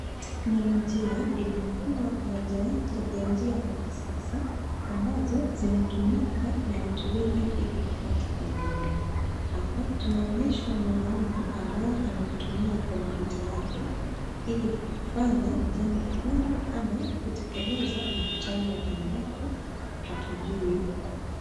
Teknolojia imekuwa moja wapo ya njia za kisasa ambazo zinatumika na watu wengi ili kupata elimu. Hapa tunaonyeshwa mwanamme ambaye anaitumia kompyuta yake ili kufanya ya jambo fulani ama kutekelezaji mkutano ambapo hatujui.